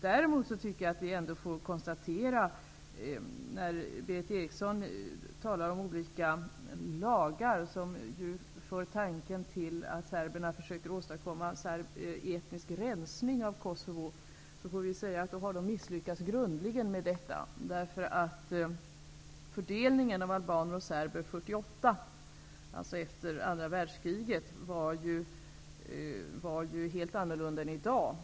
Berith Eriksson tog upp olika lagar som för tanken till att serberna försöker att åstadkomma etnisk rensning i Kosovo. Det har de grundligen misslyckats med, därför att fördelningen av albaner och serber var 1948 -- alltså efter andra världskriget -- ju helt annorlunda än i dag.